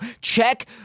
check